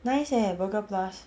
nice leh burger plus